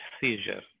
seizure